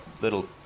little